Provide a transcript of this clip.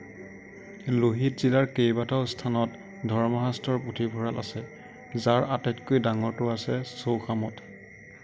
লোহিত জিলাৰ কেইবাটাও স্থানত ধৰ্মশাস্ত্ৰৰ পুথিভঁৰাল আছে যাৰ আটাইতকৈ ডাঙৰটো আছে চৌখামত